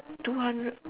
two hundred